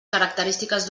característiques